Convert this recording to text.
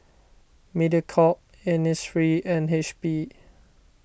Mediacorp Innisfree and H P